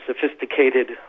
sophisticated